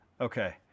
Okay